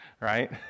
Right